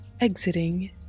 exiting